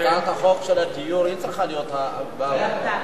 הצעת החוק של הדיור, היא צריכה להיות, היא ירדה.